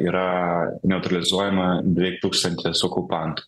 yra neutralizuojama beveik tūkstantis okupantų